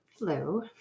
Hello